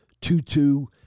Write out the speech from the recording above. two-two